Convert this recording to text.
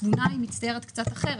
התמונה מצטיירת קצת אחרת.